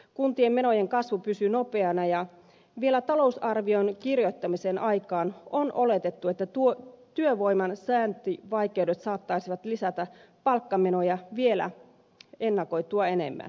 kuntien menojen kasvu pysyy nopeana ja vielä talousarvion kirjoittamisen aikaan on oletettu että työvoiman saantivaikeudet saattaisivat lisätä palkkamenoja vielä ennakoitua enemmän